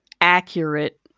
accurate